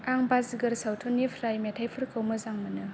आं बाजिगर सावथुननिफ्राय मेथाइफोरखौ मोजां मोनो